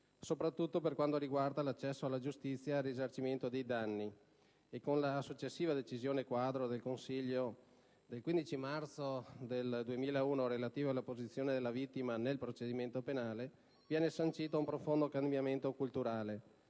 soprattutto per quanto riguarda l'accesso alla giustizia e al risarcimento dei danni e con la successiva decisione quadro del Consiglio del 15 marzo 2001, relativa alla posizione della vittima nel procedimento penale, viene sancito un profondo cambiamento culturale,